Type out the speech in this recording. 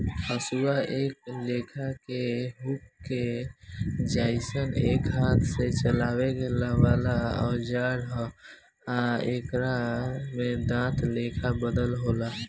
हसुआ एक लेखा के हुक के जइसन एक हाथ से चलावे वाला औजार ह आ एकरा में दांत लेखा बनल होला